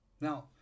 Now